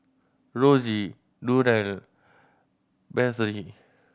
Rosie Durell Bethzy